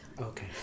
Okay